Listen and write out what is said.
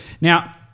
Now